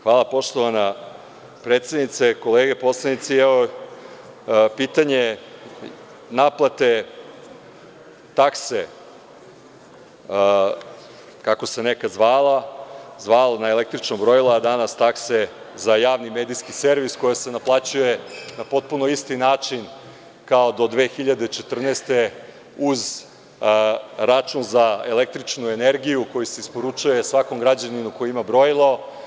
Hvala poštovana predsednice, kolege poslanici, pitanje naplate takse kako se nekada zvalo na električnom brojilu, a danas takse za javni medijski servis koja se naplaćuje na potpuno isti način kao do 2014. godine uz račun za električnu energiju koji se isporučuje svakom građaninu koji ima brojilo.